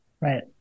Right